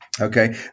Okay